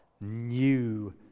new